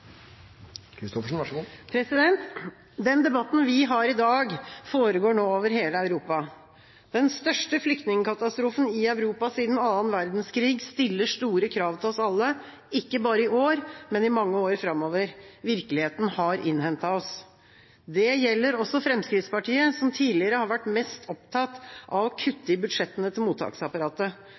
Den debatten vi har i dag, foregår nå over hele Europa. Den største flyktningkatastrofen i Europa siden annen verdenskrig stiller store krav til oss alle, ikke bare i år, men i mange år framover. Virkeligheten har innhentet oss. Det gjelder også Fremskrittspartiet, som tidligere har vært mest opptatt av å kutte i budsjettene til mottaksapparatet.